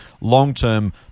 long-term